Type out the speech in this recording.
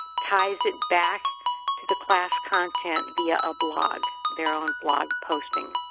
ties it back to the class content via a blog, their own blog posting